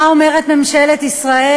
מה אומרת ממשלת ישראל?